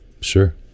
Sure